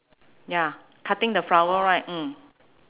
ya cutting the flower right mm